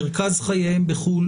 מרכז חייהם בחוץ לארץ,